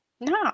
No